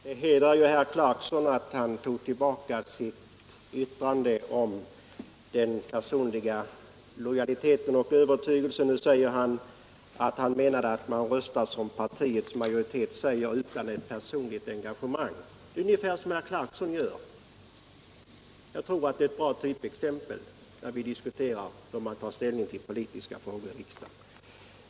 Herr talman! Det hedrar ju herr Clarkson att han tog tillbaka sitt yttrande om den personliga lojaliteten och övertygelsen. Nu säger han att han menar att man röstar som partiets majoritet utan ett personligt engagemang. Det är ungefär som herr Clarkson gör; jag tror att det är ett bra typexempel när vi diskuterar hur man tar ställning till politiska frågor i riksdagen.